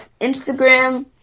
Instagram